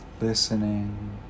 listening